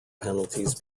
penalties